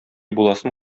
буласын